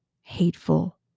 hateful